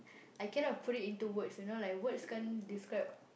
I cannot put it into words you know like words can't describe